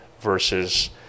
versus